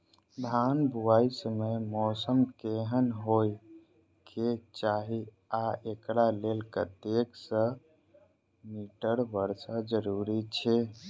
धान बुआई समय मौसम केहन होइ केँ चाहि आ एकरा लेल कतेक सँ मी वर्षा जरूरी छै?